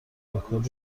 رکورد